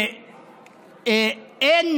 ואין